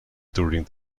during